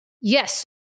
yes